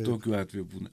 tokiu atveju būna